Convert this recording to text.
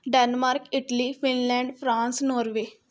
Denmark Italy Finland France Norway